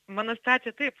mano situacija taip